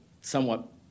somewhat